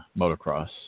motocross